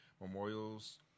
Memorials